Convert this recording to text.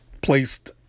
placed